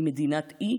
היא מדינת אי,